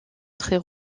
très